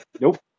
Nope